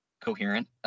coherent